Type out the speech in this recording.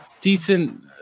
decent